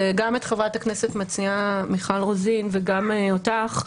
חברת הכנסת המציעה מיכל רוזין וגם אותך,